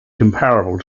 comparable